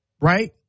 Right